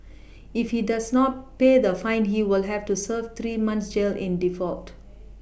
if he does not pay the fine he will have to serve three months jail in default